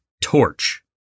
Torch